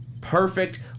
Perfect